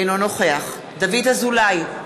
אינו נוכח דוד אזולאי,